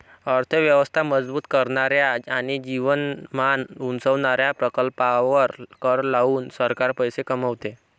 अर्थ व्यवस्था मजबूत करणाऱ्या आणि जीवनमान उंचावणाऱ्या प्रकल्पांवर कर लावून सरकार पैसे कमवते